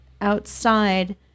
outside